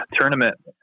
tournament